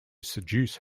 seduce